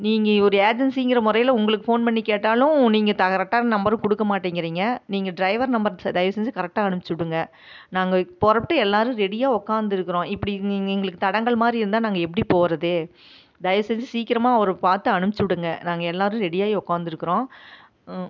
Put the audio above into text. நீங்கள் ஒரு ஏஜென்சிங்கிற முறையில உங்களுக்கு ஃபோன் பண்ணி கேட்டாலும் நீங்கள் த கரெக்டான நம்பர் கொடுக்க மாட்டேங்கிறிங்க நீங்கள் டிரைவர் நம்பர் தயவு செஞ்சு கரெக்டாக அனுப்பிச்சிவுடுங்க நாங்கள் புறப்பட்டு எல்லாரும் ரெடியாக உட்காந்துருக்குறோம் இப்படி நீங்கள் எங்களுக்கு தடங்கல் மாதிரி இருந்தால் நாங்கள் எப்படி போகிறது தயவு செஞ்சு சீக்கிரமாக அவரை பார்த்து அனுப்பிச்சிவுடுங்க நாங்கள் எல்லாரும் ரெடியாகி உட்காந்துருக்குறோம்